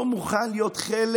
הוא לא מוכן להיות חלק